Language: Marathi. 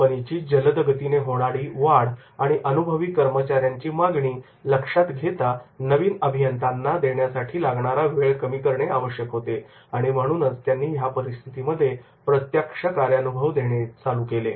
कंपनीची जलद गतीने होणारी वाढ आणि अनुभवी कर्मचाऱ्यांची मागणी लक्षात घेता नवीन अभियंत्यांना देण्यासाठी लागणारा वेळ कमी करणे आवश्यक होते आणि म्हणूनच त्यांनी ह्या परिस्थितीमध्ये प्रत्यक्ष कार्यानुभव देणे चालू केले